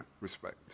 respect